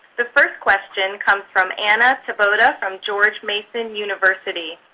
the first question comes from ana taboada from george mason university.